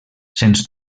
sens